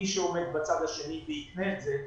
מי שעומד בצד השני ויקנה את זה,